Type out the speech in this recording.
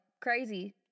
crazy